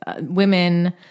women